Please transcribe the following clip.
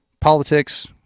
Politics